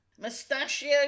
Mustachio